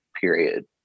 period